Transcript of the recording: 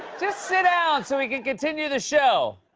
just sit down so we can continue the show!